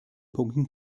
punkten